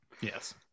Yes